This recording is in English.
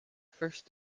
first